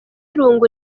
irungu